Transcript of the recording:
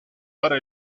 para